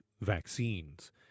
vaccines